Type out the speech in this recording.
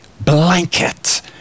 blanket